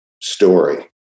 story